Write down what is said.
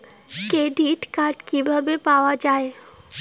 Credit card কিভাবে পাওয়া য়ায়?